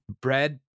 bread